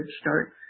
start